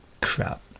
crap